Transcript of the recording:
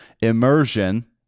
immersion